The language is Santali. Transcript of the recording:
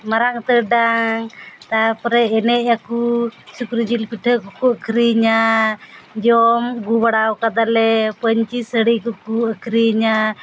ᱢᱟᱨᱟᱝ ᱩᱛᱟᱹᱨ ᱰᱟᱝ ᱛᱟᱨᱯᱚᱨᱮ ᱮᱱᱮᱡ ᱟᱠᱚ ᱥᱩᱠᱨᱤ ᱡᱤᱞ ᱯᱤᱴᱷᱟᱹ ᱠᱚᱠᱚ ᱟᱹᱠᱷᱟᱹᱨᱤᱧᱟ ᱡᱚᱢ ᱟᱹᱜᱩ ᱵᱟᱲᱟᱣ ᱠᱟᱫᱟᱞᱮ ᱯᱟᱹᱧᱪᱤ ᱥᱟᱹᱲᱤ ᱠᱚᱠᱚ ᱟᱹᱠᱷᱟᱹᱨᱤᱧᱟ